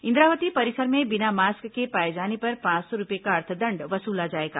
इंद्रावती परिसर में बिना मास्क के पाए जाने पर पांच सौ रूपये का अर्थदंड वसुला जाएगा